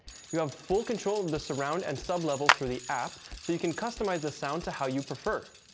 you have full control of the surround and sub level through the app, so you can customize the sound to how you prefer.